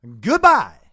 Goodbye